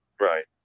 right